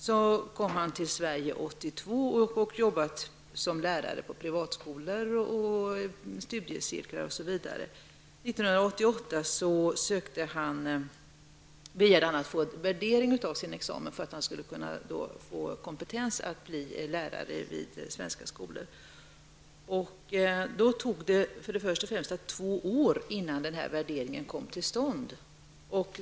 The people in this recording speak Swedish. Han kom till Sverige 1982 och har jobbat som lärare på privatskolor, i studiecirklar osv. År 1988 begärde han att få en värdering av sin examen för att få kompetens att bli lärare vid svenska skolor. Det tog först och främst två år innan denna värdering kom till stånd.